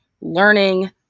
learning